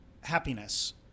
happiness